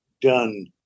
done